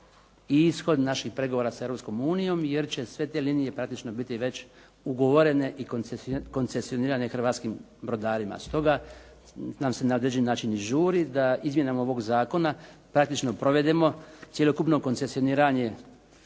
ishod naših pregovora s Europskom unijom jer će sve te linije praktično biti već ugovorene i koncesionirane hrvatskim brodarima. Stoga nam se na određeni način i žuri da izmjenama ovog zakona praktično provedeno cjelokupno koncesioniranje